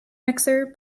mixer